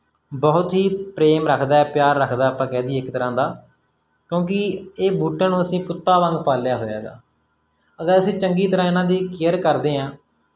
ਬਹੁਤ ਹੀ ਪ੍ਰੇਮ ਰੱਖਦਾ ਪਿਆਰ ਰੱਖਦਾ ਆਪਾਂ ਕਹਿ ਦਈਏ ਇੱਕ ਤਰ੍ਹਾਂ ਦਾ ਕਿਉਂਕਿ ਇਹ ਬੂਟਿਆਂ ਨੂੰ ਅਸੀਂ ਪੁੱਤਾਂ ਵਾਂਗ ਪਾਲਿਆ ਹੋਇਆ ਗਾ ਅਗਰ ਅਸੀਂ ਚੰਗੀ ਤਰ੍ਹਾਂ ਇਹਨਾਂ ਦੀ ਕੇਅਰ ਕਰਦੇ ਹਾਂ